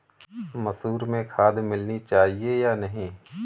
मसूर में खाद मिलनी चाहिए या नहीं?